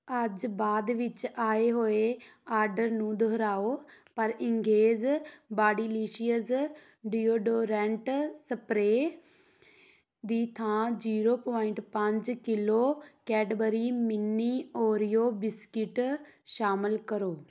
ਅੱਜ ਬਾਅਦ ਵਿੱਚ ਆਏ ਹੋਏ ਆਰਡਰ ਨੂੰ ਦੁਹਰਾਓ ਪਰ ਇੰਗਗੇਜ਼ ਬਾਡੀਲੀਸ਼ੀਅਸ ਡੀਓਡੋਰੈਂਟ ਸਪਰੇਅ ਦੀ ਥਾਂ ਜੀਰੋ ਪੁਆਇੰਟ ਪੰਜ kilo Cadbury mini Oreo biscuit ਸ਼ਾਮਲ ਕਰੋ